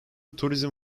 turizm